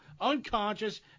unconscious